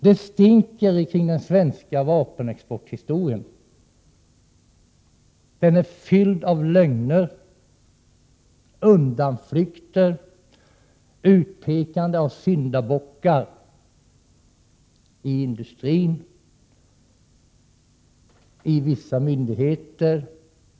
Det stinker kring den svenska vapenexporthistorien. Den är fylld av lögner, undanflykter, utpekande av syndabockar — i industrin och i vissa myndigheter.